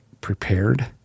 prepared